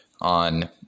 on